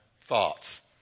thoughts